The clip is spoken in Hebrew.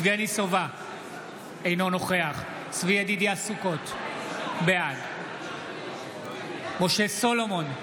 אינו נוכח צבי ידידיה סוכות, בעד משה סולומון,